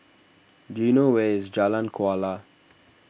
do you know where is Jalan Kuala